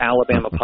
Alabama